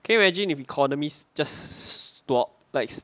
can you imagine if economy just stop like